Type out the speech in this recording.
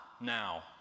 now